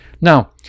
Now